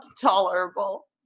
tolerable